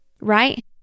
right